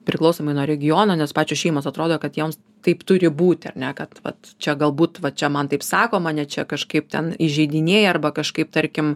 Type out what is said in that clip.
priklausomai nuo regiono nes pačios šeimos atrodo kad joms taip turi būti ar ne kad vat čia galbūt va čia man taip sako mane čia kažkaip ten įžeidinėja arba kažkaip tarkim